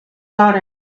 daughter